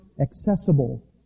accessible